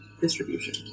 distribution